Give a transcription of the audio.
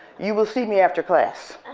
you will see me after class.